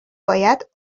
باید